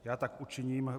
Já tak učiním.